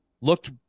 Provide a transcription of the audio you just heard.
looked